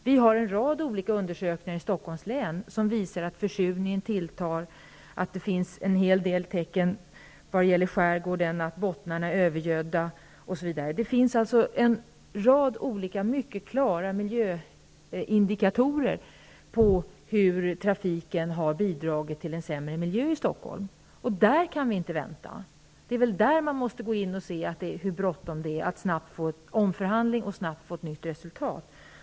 Det finns en rad undersökningar i Stockholms län som visar att försurningen tilltar, att det finns en hel del tecken när det gäller skärgården, t.ex. att bottnarna är övergödda, osv. Det finns alltså en rad olika mycket klara miljöindikatorer på hur trafiken har bidragit till en sämre miljö i Stockholm. I detta sammanhang kan vi inte vänta. Man måste inse hur bråttom det är att snabbt få till stånd en omförhandling och snabbt få ett nytt resultat.